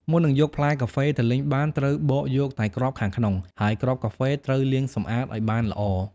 មុននឹងយកផ្លែកាហ្វេទៅលីងបាន ត្រូវបកយកតែគ្រាប់ខាងក្នុង ហើយគ្រាប់កាហ្វេត្រូវលាងសម្អាតឱ្យបានល្អ។